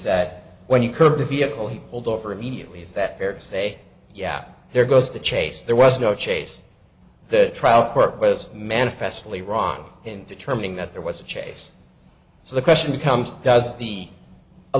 that when you curb the vehicle he pulled over immediately is that fair to say yeah there goes the chase there was no chase the trial court was manifestly ron in determining that there was a chase so the question becomes does he